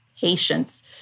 patience